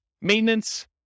Maintenance